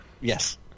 Yes